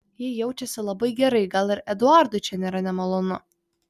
ji jaučiasi labai gerai gal ir eduardui čia nėra nemalonu